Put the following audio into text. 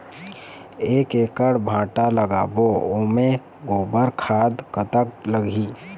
एक एकड़ भांटा लगाबो ओमे गोबर खाद कतक लगही?